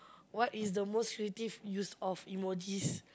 what is the most creative use of emojis